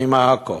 אני מעכו,